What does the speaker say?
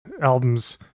albums